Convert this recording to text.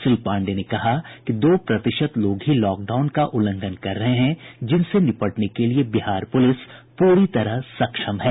श्री पांडेय ने कहा कि दो प्रतिशत लोग ही लॉकडाउन का उल्लंघन कर रहे हैं जिनसे निपटने के लिये बिहार पुलिस पूरी तरह सक्षम है